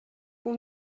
бул